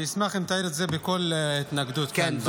אני אשמח אם תעיר את זה בכל התנגדות כאן במליאה.